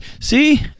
See